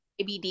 ABD